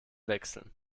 wechseln